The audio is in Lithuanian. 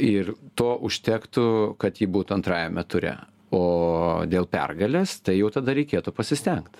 ir to užtektų kad ji būtų antrajame ture o dėl pergalės tai jau tada reikėtų pasistengt